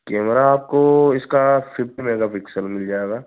camera आपको इसका fifty megapixel मिल जाएगा